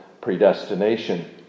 predestination